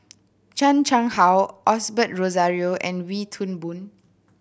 Chan Chang How Osbert Rozario and Wee Toon Boon